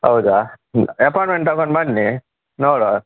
ಹೌದಾ ಅಪಾಯಿಂಟ್ಮೆಂಟ್ ತೊಗೊಂಡು ಬನ್ನಿ ನೋಡುವ